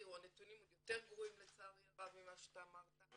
הנתונים עוד יותר גרועים לצערי הרב ממה שאתה אמרת.